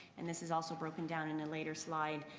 and this is also broken down in a later slide,